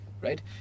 right